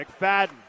McFadden